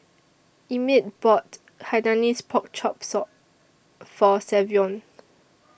Emit bought Hainanese Pork Chop sore For Savion